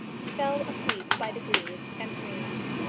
he fell asleep by degrees and dreamed.